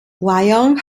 wyong